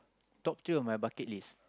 top two of my bucket list